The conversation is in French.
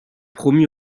promu